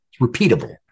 repeatable